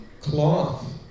cloth